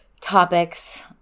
topics